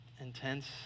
intense